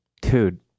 Dude